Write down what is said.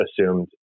assumed